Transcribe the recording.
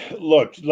look